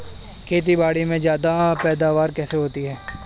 खेतीबाड़ी में ज्यादा पैदावार कैसे होती है?